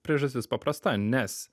priežastis paprasta nes